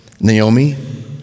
Naomi